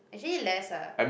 actually less ah